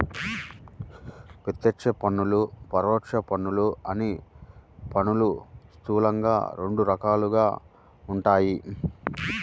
ప్రత్యక్ష పన్నులు, పరోక్ష పన్నులు అని పన్నులు స్థూలంగా రెండు రకాలుగా ఉంటాయి